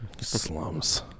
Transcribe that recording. slums